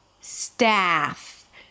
staff